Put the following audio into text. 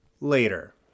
later